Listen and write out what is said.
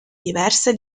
diverse